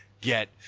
get